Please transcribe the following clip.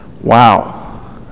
wow